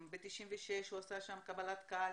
בשנת 1996 הוא עשה שם באופן קבוע קבלת קהל